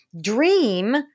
dream